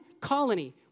colony